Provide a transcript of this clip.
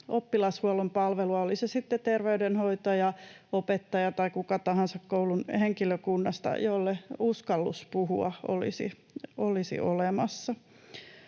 oppilashuollon palvelua, oli se sitten terveydenhoitaja, opettaja tai kuka tahansa koulun henkilökunnasta, jolle uskallus puhua olisi olemassa.